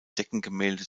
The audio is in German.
deckengemälde